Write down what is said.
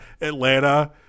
Atlanta